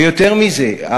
ויותר מזה,